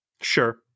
Sure